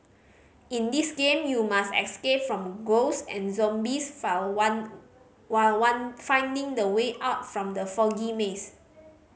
in this game you must escape from ghost and zombies file one while one finding the way out from the foggy maze